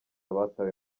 abatawe